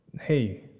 hey